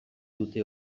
dute